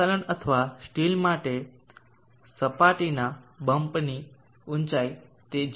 ε અથવા સ્ટીલ માટે સપાટીના બમ્પની ઊંચાઈ તે 0